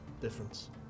difference